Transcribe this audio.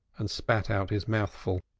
and spat out his mouthful.